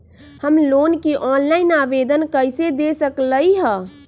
हम लोन के ऑनलाइन आवेदन कईसे दे सकलई ह?